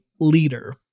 leader